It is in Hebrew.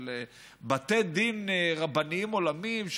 של בתי דין רבניים עולמיים?